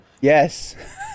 Yes